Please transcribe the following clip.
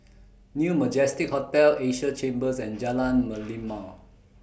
New Majestic Hotel Asia Chambers and Jalan Merlimau